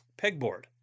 pegboard